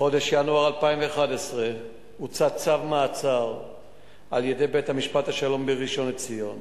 בחודש ינואר 2011 הוצא צו מעצר על-ידי בית-משפט השלום בראשון-לציון